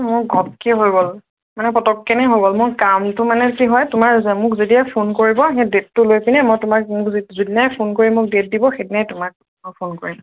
মোৰ ঘপকৈ হৈ গ'ল মানে পটককনে হৈ গ'ল মোৰ কামটো মানে কি হয় তোমাৰ মোক যেতিয়াই ফোন কৰিব সেই ডেটটো লৈ পিনে মই তোমাক মোক যিদিনাই ফোন কৰি মোক ডেট দিব সেইদিনাই তোমাক মই ফোন কৰিম